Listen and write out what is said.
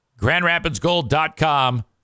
Grandrapidsgold.com